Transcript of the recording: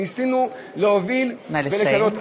ניסינו להוביל, נא לסיים.